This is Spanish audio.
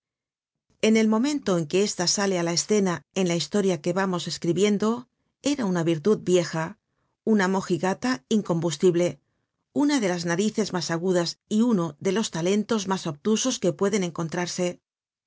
en el momento en que esta sale á la escena en la historia que vamos escribiendo era una virtud vieja una mojigata incombustible una de las narices mas agudas y uno de los talentos mas obtusos que pueden encontrarse